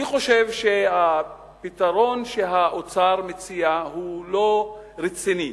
אני חושב שהפתרון שהאוצר מציע הוא לא רציני,